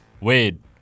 Wade